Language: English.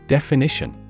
Definition